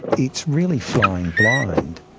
it's really flying blind.